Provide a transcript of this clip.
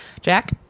Jack